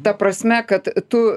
ta prasme kad tu